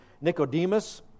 Nicodemus